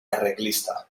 arreglista